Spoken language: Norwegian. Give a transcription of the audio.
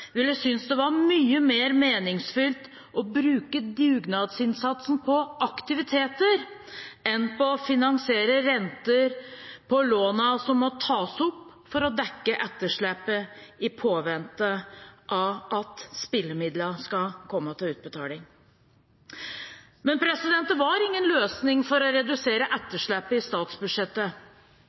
ville synes det var mye mer meningsfylt å bruke dugnadsinnsatsen på aktiviteter enn på å finansiere renter på lånene som må tas opp for å dekke etterslepet i påvente av at spillemidlene skal komme til utbetaling. Det var ingen løsning for å redusere etterslepet i statsbudsjettet.